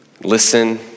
listen